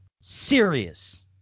serious